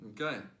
Okay